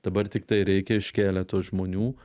dabar tiktai reikia iš keleto žmonių